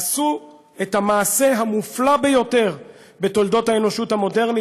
לא היו האנשים שיושבים לידך